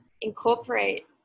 incorporate